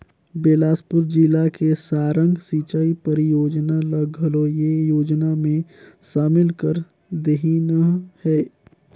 बेलासपुर जिला के सारंग सिंचई परियोजना ल घलो ए योजना मे सामिल कर देहिनह है